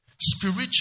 Spiritual